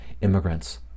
immigrants